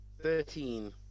Thirteen